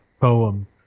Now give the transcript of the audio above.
Poem